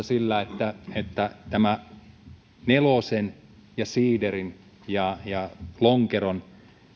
sillä että että tämä nelosen ja siiderin ja ja lonkeron